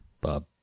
Bob